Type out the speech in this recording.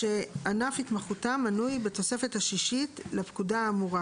שענף התמחותם מנוי בתוספת השישית לפקודה האמורה,"